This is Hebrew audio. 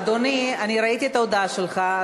אדוני, ראיתי את ההודעה שלך.